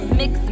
mix